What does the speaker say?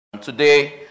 Today